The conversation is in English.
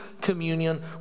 communion